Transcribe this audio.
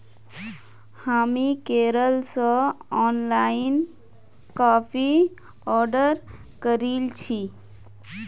हामी केरल स online coffee order करील छि